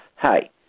hey